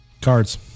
Cards